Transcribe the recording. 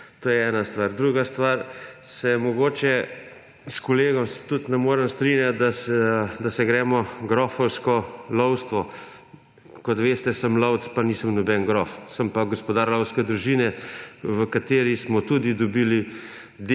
To je ena stvar. Druga stvar, ko se mogoče s kolegom tudi ne morem strinjati, da se gremo grofovsko lovstvo. Kot veste, sem lovec, pa nisem nobeden grof, sem pa gospodar lovske družine, v kateri smo tudi dobili